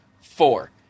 four